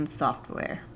software